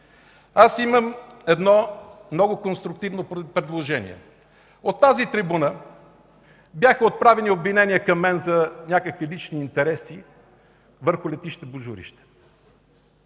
Аз имам едно много конструктивно предложение. От тази трибуна бяха отправени обвинения към мен за някакви лични интереси върху летище „Божурище”.